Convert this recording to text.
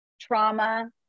trauma